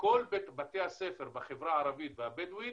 שכל בית ספר בחברה הערבית והבדואית